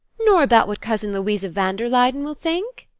nor about what cousin louisa van der luyden will think?